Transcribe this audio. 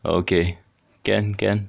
okay can can